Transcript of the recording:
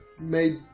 made